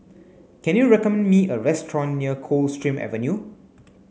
can you recommend me a restaurant near Coldstream Avenue